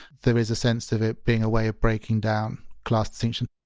there is a sense of it being a way of breaking down class distinction